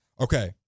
Okay